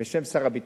בשם שר הביטחון.